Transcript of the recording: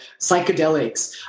psychedelics